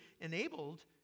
enabled